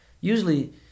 usually